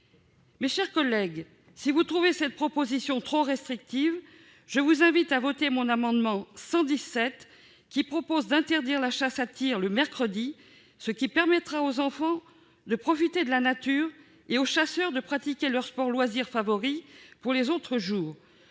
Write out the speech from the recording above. Mes chers collègues, si vous trouvez cette proposition trop restrictive, je vous invite à voter l'amendement n° 117 rectifié, qui vise à interdire la chasse à tir le mercredi, afin de permettre aux enfants de profiter de la nature et aux chasseurs de pratiquer leur sport, ou leur loisir, favori les jours